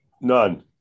none